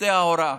צוותי ההוראה